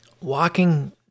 walking